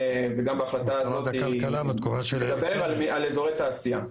גם ההחלטה הזאת מדברת על אזורי תעשייה.